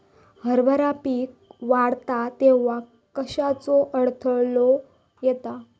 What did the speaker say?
हरभरा पीक वाढता तेव्हा कश्याचो अडथलो येता?